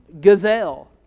gazelle